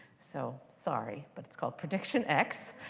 so sorry, but it's called predictionx.